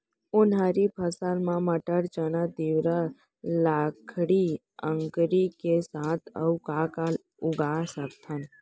उनहारी फसल मा मटर, चना, तिंवरा, लाखड़ी, अंकरी के साथ अऊ का का उगा सकथन?